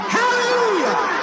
hallelujah